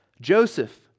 Joseph